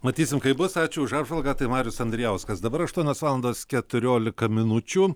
matysim kaip bus ačiū už apžvalgą tai marius andrijauskas dabar aštuonios valandos keturiolika minučių